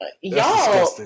y'all